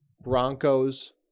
Broncos